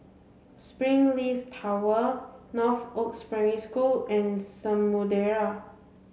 Springleaf Tower Northoaks Primary School and Samudera